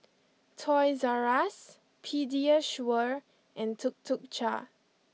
Toys R Us Pediasure and Tuk Tuk Cha